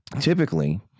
typically